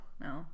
no